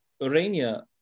Urania